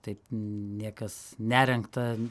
taip niekas nerengta